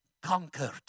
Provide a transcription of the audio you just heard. conquered